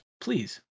Please